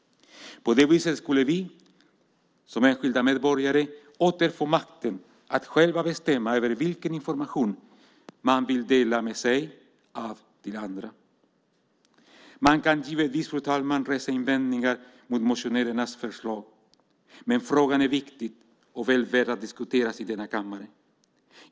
På det viset skulle vi som enskilda medborgare "återfå makten att själva bestämma över vilken information man vill dela med sig av till andra". Givetvis kan man, fru talman, resa invändningar mot motionärernas förslag. Men frågan är viktig och väl värd att diskuteras i denna kammare.